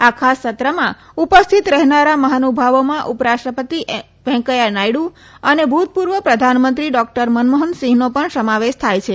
આ ખાસ સત્રમાં ઉપસ્થિત રહેનારા મહાનુભાવોમાં ઉપરાષ્ટ્રપતિ વેંકૈયા નાયડુ અને ભૂતપૂર્વ પ્રધાનમંત્રી ડોક્ટ મનમોહનસિંહનો પણ સમાવેશ થાય છે